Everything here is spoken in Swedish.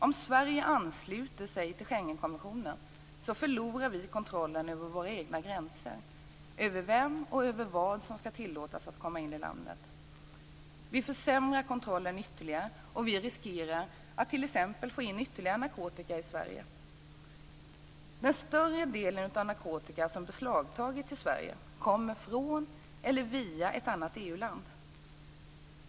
Om Sverige ansluter sig till Schengenkonventionen förlorar vi kontrollen över våra egna gränser och över vem och vad som skall tillåtas att komma in i landet. Vi försämrar kontrollen ytterligare, och vi riskerar att t.ex. få in ytterligare narkotika i Sverige. Den större delen av den narkotika som beslagtas i Sverige kommer från eller via ett annat EU-land.